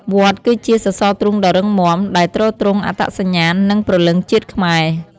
វត្តគឺជា សសរទ្រូងដ៏រឹងមាំ ដែលទ្រទ្រង់អត្តសញ្ញាណ និងព្រលឹងជាតិខ្មែរ។